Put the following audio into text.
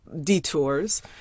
detours